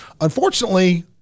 unfortunately